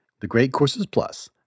thegreatcoursesplus